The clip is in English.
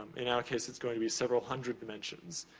in our case, it's going to be several hundred dimensions.